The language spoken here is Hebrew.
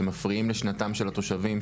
שמפריעים לשנתם של התושבים,